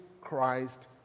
Christ